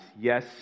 Yes